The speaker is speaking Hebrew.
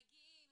מגיעים,